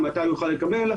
מתי הוא יוכל לקבל,